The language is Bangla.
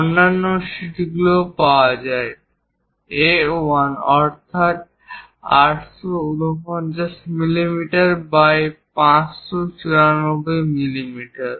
অন্যান্য শীটগুলিও পাওয়া যায় A1 অর্থাৎ 849 মিলিমিটার বাই 594 মিলিমিটার